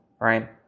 right